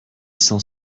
sans